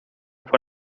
fue